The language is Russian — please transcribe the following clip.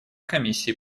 комиссии